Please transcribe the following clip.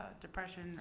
depression